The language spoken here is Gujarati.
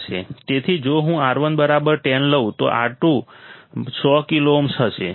તેથી જો હું R1 બરાબર 10 લઉં તો R 2 સો કિલો ઓહ્મ થશે